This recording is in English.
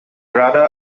rada